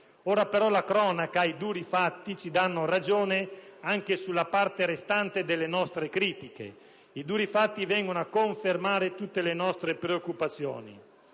Ora però la cronaca, i duri fatti ci danno ragione anche sulla parte restante delle nostre critiche. I duri fatti vengono a confermare tutte le nostre preoccupazioni.